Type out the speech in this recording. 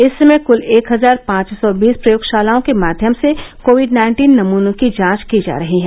इस समय कुल एक हजार पांच सौ बीस प्रयोगशालाओं के माध्यम से कोविड नाइन्टीन नमूनों की जांच की जा रही है